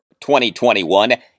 2021